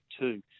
two